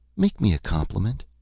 make me compliment.